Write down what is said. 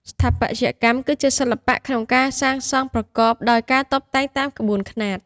ស្ថាបត្យកម្ម គឺជាសិល្បៈក្នុងការសាងសង់ប្រកបដោយការតុបតែងតាមក្បួនខ្នាត ។